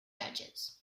judges